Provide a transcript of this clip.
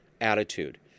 attitude